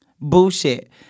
bullshit